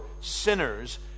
sinners